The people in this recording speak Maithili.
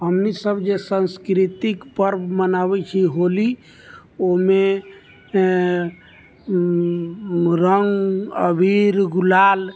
हमनि सब जे सांस्कृतिक पर्व मनाबै छी होली ओहिमे रङ्ग अबीर गुलाल